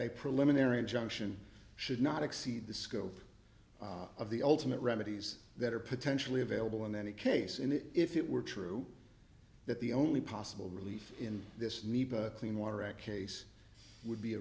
injunction should not exceed the scope of the ultimate remedies that are potentially available in any case in it if it were true that the only possible relief in this new clean water act case would be a